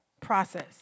Process